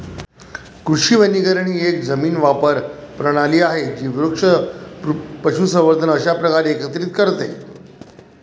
कृषी वनीकरण ही एक जमीन वापर प्रणाली आहे जी वृक्ष, पशुसंवर्धन अशा प्रकारे एकत्रित करते